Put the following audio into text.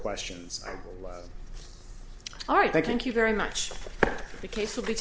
questions i will love all right thank you very much the case will be